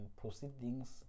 proceedings